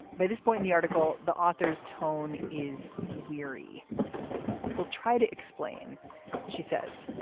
by this point in the article the author's tone is weary will try to explain she says.